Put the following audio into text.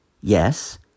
Yes